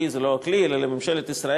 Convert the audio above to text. לי זה לא רק לי אלא לממשלת ישראל,